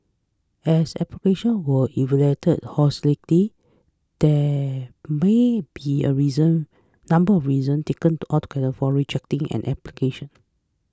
as applications were evaluated holistically there may be a reason number of reasons taken together for rejecting an application